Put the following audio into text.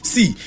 See